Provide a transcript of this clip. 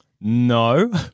No